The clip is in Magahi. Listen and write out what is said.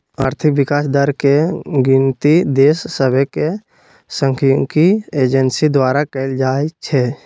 आर्थिक विकास दर के गिनति देश सभके सांख्यिकी एजेंसी द्वारा कएल जाइ छइ